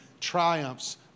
triumphs